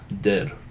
Dead